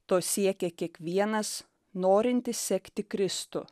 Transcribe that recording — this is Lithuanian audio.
to siekia kiekvienas norintis sekti kristų